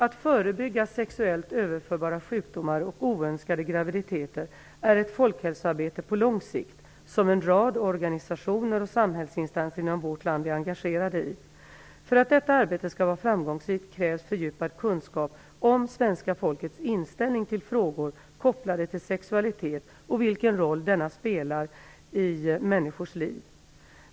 Att förebygga sexuellt överförbara sjukdomar och oönskade graviditeter är ett folkhälsoarbete på lång sikt, som en rad organisationer och samhällsinstanser inom vårt land är engagerade i. För att detta arbete skall vara framgångsrikt krävs fördjupad kunskap om svenska folkets inställning till frågor kopplade till sexualitet och vilken roll denna spelar i människors liv.